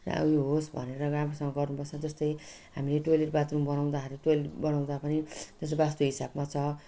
त्या ऊ यो होस् भनेर राम्रोसँग गर्नुपर्छ जस्तै हामीले टोयलेट बाथरुम बनाउँदाखेरि टोयलेट बनाउँदा पनि त्यो चाहिँ वास्तु हिसाबमा छ